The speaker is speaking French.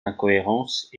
incohérences